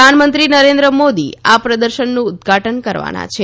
પ્રધાનમંત્રી નરેન્દ્ર મોદી આ પ્રર્દશનનું ઉદઘાટન કરવાના છે